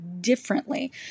differently